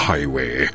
Highway